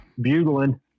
bugling